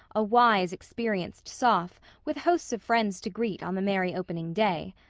a wise, experienced soph with hosts of friends to greet on the merry opening day.